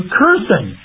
cursing